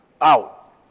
out